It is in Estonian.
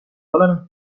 olen